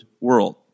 world